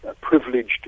privileged